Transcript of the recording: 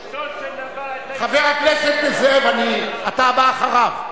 אשתו של, חבר הכנסת זאב, אתה הבא אחריו.